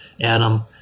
Adam